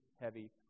heavy